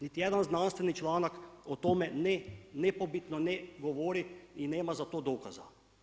Niti jedan znanstveni članak o tome nepobitno ne govori i nema za to dokaza.